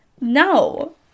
No